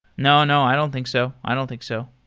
no. no. i don't think so. i don't think so.